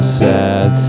sad